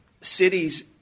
cities